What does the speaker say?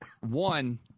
one